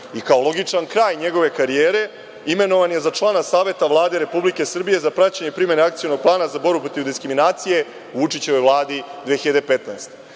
i kao logičan kraj njegove karijere imenovan je za člana Saveta Vlade Republike Srbije za praćenje primene Akcionog plana za borbu protiv diskriminacije u Vučićevoj Vladi 2015.